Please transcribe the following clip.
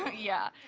yeah,